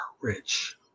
rich